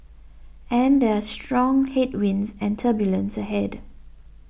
and there are strong headwinds and turbulence ahead